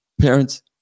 parents